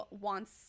wants